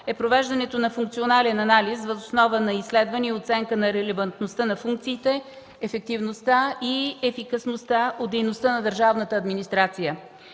е провеждането на функционален анализ въз основа на изследвания и оценка на релевантността на функциите, ефективността и ефикасността от дейността на държавната администрация.